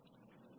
അതിനാൽ 0